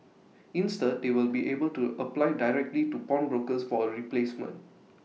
instead they will be able to apply directly to pawnbrokers for A replacement